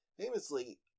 famously